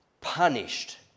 punished